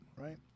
right